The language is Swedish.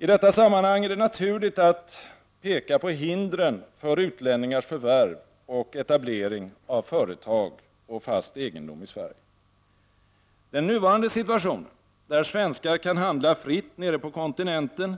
I detta sammanhang är det naturligt att peka på hindren för utlänningars förvärv och etablering av företag och fast egendom i Sverige. Den nuvarande situationen, där svenskar kan handla fritt nere på kontinenten